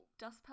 Dustpelt